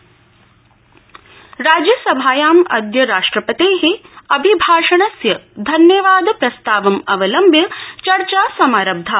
राज्यसभा राज्यसभायाम् अद्य राष्ट्रपते अभिभाषणस्य धन्यवा प्रस्तावम् अवलम्ब्य चर्चा समारब्धा